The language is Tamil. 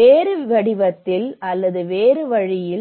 வேறு வடிவத்தில் அல்லது வேறு வழியில்